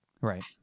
right